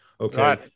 Okay